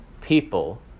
people